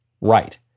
right